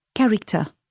Character